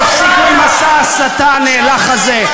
תפסיקו את מסע ההסתה הנאלח הזה,